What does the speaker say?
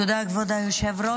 תודה, כבוד היושב-ראש.